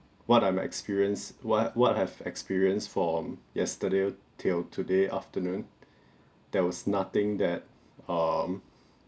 what I'm experience what what I've experienced from yesterday till today afternoon there was nothing that um